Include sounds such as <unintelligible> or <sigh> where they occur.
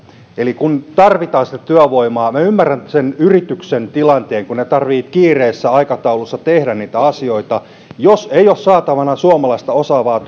kun tarvitaan sitä työvoimaa minä ymmärrän sen yrityksen tilanteen kun niiden tarvitsee kiireellisessä aikataulussa tehdä niitä asioita niin jos ei ole saatavana suomalaista osaavaa <unintelligible>